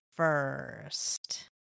first